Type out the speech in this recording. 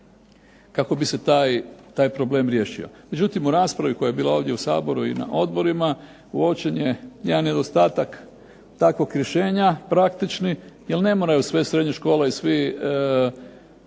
kako bi se taj problem riješio. Međutim u raspravi koja je bila ovdje u Saboru i na odborima, uočen je jedan nedostatak takvog rješenja praktični, jer ne moraju sve srednje škole i svi